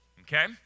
Okay